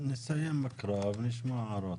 נסיים לקרוא ונשמע הערות.